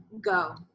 go